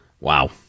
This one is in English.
Wow